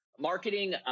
Marketing